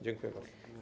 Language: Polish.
Dziękuję bardzo.